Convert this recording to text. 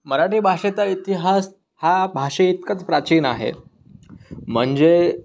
मराठी भाषेचा इतिहास हा भाषेइतकाच प्राचीन आहे म्हणजे